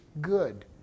good